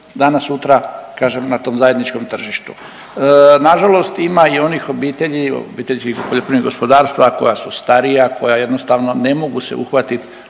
danas-sutra, kažem, na tom zajedničkom tržištu. Nažalost ima i onih obitelji, OPG-ova koja su starija, koja jednostavno ne mogu se uhvatiti